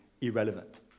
irrelevant